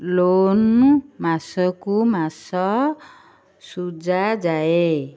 loan ମାସକୁ ମାସ ଶୁଝାଯାଏ